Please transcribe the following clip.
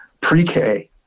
pre-K